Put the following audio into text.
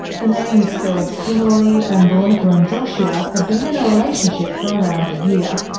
the name is spelled similarly, and boronika and joshua had been in a relationship for around a year.